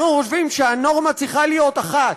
אנחנו חושבים שהנורמה צריכה להיות אחת,